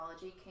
came